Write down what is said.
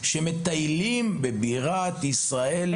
שמטיילים בבירת ישראל.